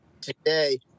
today